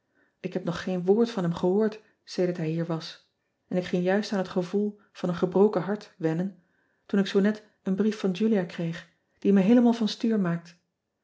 k heb nog geen woord van hem gehoord sedert hij hier was en ik ging juist aan het gevoel van een gebroken hart wennen toen ik zoo net een brief van ulia kreeg die me heelemaal van stuur maakt